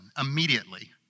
immediately